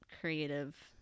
creative